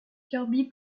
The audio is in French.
kirby